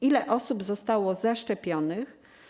Ile osób zostało zaszczepionych?